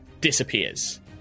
disappears